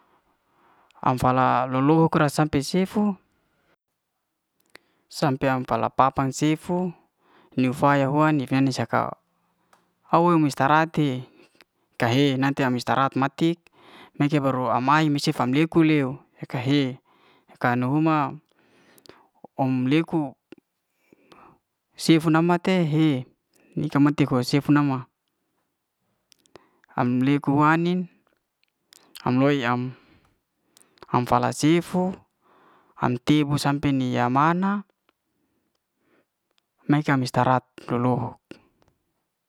Am fala lo'loho pra sampe sefu, sampe ampala papang sefu niuw faya huan ita ei'nin saka au me istarahate ka he nanti ame istarahat matik neke baru am ai cef am leku leu e ka he e ka um huma om leku sefu ama te he nika matik kua sefu ama am leku ai'nin am loy am am fala sifu am tebu sampe nia'mana ne ka istarahat lo'lohok.